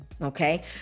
Okay